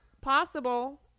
possible